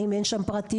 האם אין שם פרטיות?